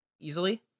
easily